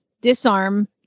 disarm